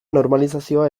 normalizazioa